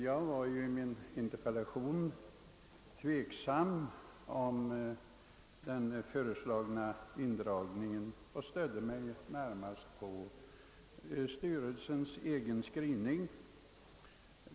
Jag ställde mig i min interpellation tveksam till den föreslagna indragningen och stödde mig därvid närmast på sjöfartsstyrelsens egen skrivning.